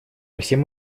всем